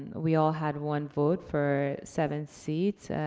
we all had one vote for seven seats.